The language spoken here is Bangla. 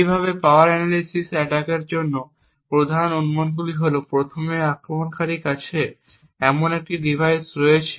এইভাবে পাওয়ার অ্যানালাইসিস অ্যাটাকের জন্য প্রধান অনুমানগুলি হল প্রথমে আক্রমণকারীর কাছে এমন একটি ডিভাইস রয়েছে